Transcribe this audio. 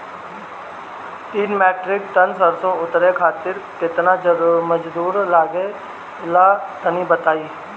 तीन metric tonne सरसो उतारे खातिर केतना मजदूरी लगे ला तनि बताई?